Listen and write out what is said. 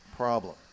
problem